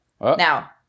Now